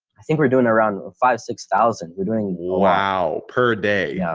i think we're doing around five six thousand we're doing wow. per day. yeah